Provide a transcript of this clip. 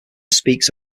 speaks